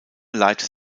leitet